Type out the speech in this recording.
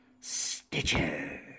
Stitcher